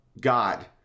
God